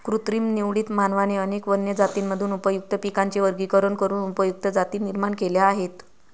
कृत्रिम निवडीत, मानवाने अनेक वन्य जातींमधून उपयुक्त पिकांचे वर्गीकरण करून उपयुक्त जाती निर्माण केल्या आहेत